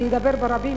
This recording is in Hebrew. אני אדבר ברבים,